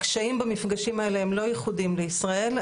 הקשיים במפגשים האלה הם לא ייחודים לישראל.